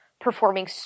performing